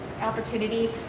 opportunity